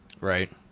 Right